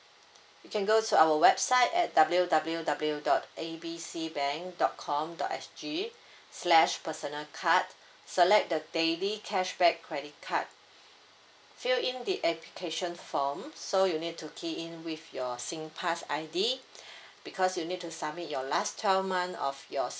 you can go to our website at W_W_W dot A B C bank dot com dot S_G slash personal card select the daily cashback credit card fill in the application form so you need to key in with your singpass I_D because you need to submit your last twelve month of your